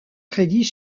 crédit